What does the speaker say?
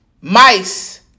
mice